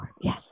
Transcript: Yes